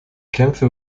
kämpfe